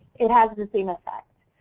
it has the same effect.